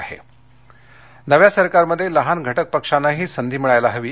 आठवले मंबई नव्या सरकारमध्ये लहान घटक पक्षांनाही संधी मिळायला हवी